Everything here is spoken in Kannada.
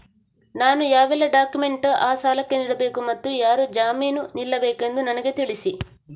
ನಾನು ಯಾವೆಲ್ಲ ಡಾಕ್ಯುಮೆಂಟ್ ಆ ಸಾಲಕ್ಕೆ ನೀಡಬೇಕು ಮತ್ತು ಯಾರು ಜಾಮೀನು ನಿಲ್ಲಬೇಕೆಂದು ನನಗೆ ತಿಳಿಸಿ?